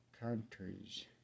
countries